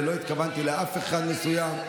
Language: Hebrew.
ולא התכוונתי לאף אחד מסוים.